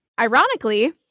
Ironically